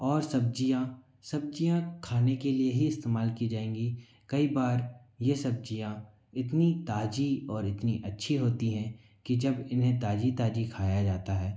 और सब्ज़ियाँ सब्ज़ियाँ खाने के लिए ही इस्तेमाल की जाएंगी कई बार यह सब्ज़ियाँ इतनी ताज़ी और इतनी अच्छी होती हैं कि जब इन्हें ताज़ी ताज़ी खाया जाता है